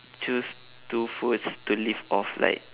choose two foods to live off like